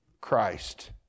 Christ